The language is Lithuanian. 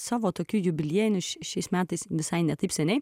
savo tokiu jubiliejinius šiais metais visai ne taip seniai